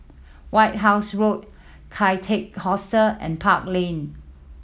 White House Road Kian Teck Hostel and Park Lane